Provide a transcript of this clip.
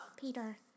Peter